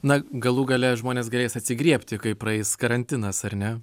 na galų gale žmonės galės atsigriebti kai praeis karantinas ar ne